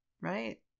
right